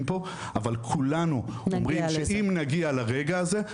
פה אבל כולנו רוצים שאם נגיע לרגע הזה,